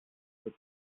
wird